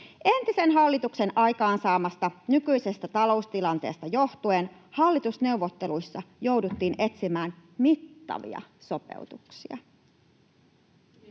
Entisen hallituksen aikaansaamasta nykyisestä taloustilanteesta johtuen hallitusneuvotteluissa jouduttiin etsimään mittavia sopeutuksia.